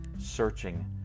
searching